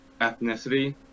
ethnicity